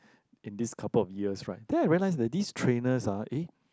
in these couple of years right then I realise that these trainers ah eh